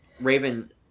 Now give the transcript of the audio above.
Raven